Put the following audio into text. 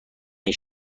این